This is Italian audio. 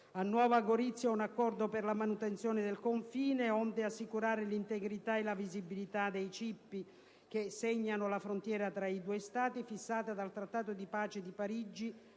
a Nuova Gorizia un accordo per la manutenzione del confine, onde assicurare l'integrità e la visibilità dei cippi che segnano la frontiera tra i due Stati, fissata dal Trattato di pace di Parigi